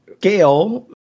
Gail